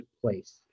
place